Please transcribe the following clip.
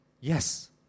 Yes